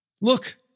Look